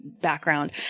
background